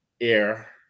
Air